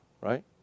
right